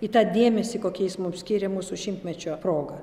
į tą dėmesį kokią jis mums skyrė mūsų šimtmečio proga